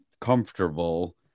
comfortable